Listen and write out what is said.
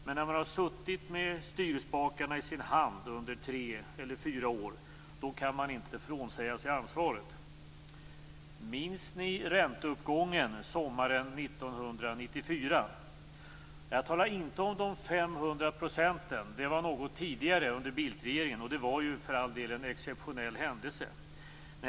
Men när man har suttit med styrspakarna i sin hand under tre eller fyra år kan man inte frånsäga sig ansvaret. Minns ni ränteuppgången sommaren 1994? Jag talar inte om de 500 procenten. Det var något tidigare under Bildtregeringen, och det var för all del en exceptionell händelse.